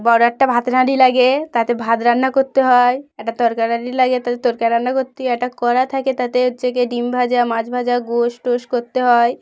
বড় একটা ভাতের হাঁড়ি লাগে তাতে ভাত রান্না করতে হয় একটা তরকারির হাঁড়ি লাগে তাতে তরকারি রান্না করতে হয় একটা কড়া থাকে তাতে হচ্ছে কি ডিম ভাজা মাছ ভাজা গোশ টোশ করতে হয়